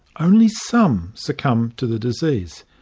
only some succumb to the disease.